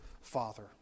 father